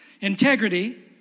Integrity